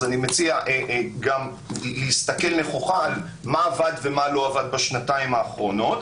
אני מציע להסתכל נכוחה על מה עבד ומה לא עבד בשנתיים האחרונות.